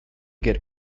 get